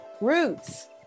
roots